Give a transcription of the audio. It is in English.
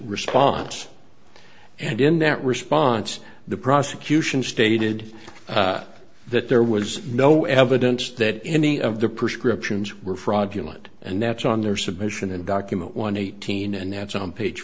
response and in that response the prosecution stated that there was no evidence that any of the prescriptions were fraudulent and that's on their submission and document one hundred eighteen and that's on page